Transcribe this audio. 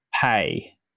pay